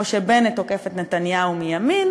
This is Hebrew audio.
או שבנט עוקף את נתניהו מימין?